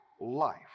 life